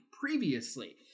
previously